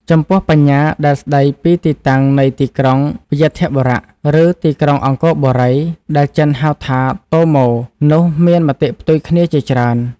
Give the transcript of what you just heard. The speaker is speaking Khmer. ចំពោះបញ្ញាដែលស្តីពីទីតាំងនៃទីក្រុង វ្យាធបុរៈ ឬ ទីក្រុងអង្គរបូរី ដែលចិន ហៅថា តូមូ នោះ មានមតិផ្ទុយគ្នាជាច្រើន។